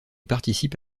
participe